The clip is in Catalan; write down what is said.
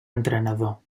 entrenador